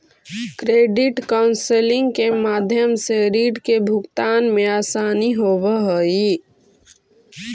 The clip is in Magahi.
क्रेडिट काउंसलिंग के माध्यम से रीड के भुगतान में असानी होवऽ हई